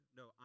no